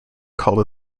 call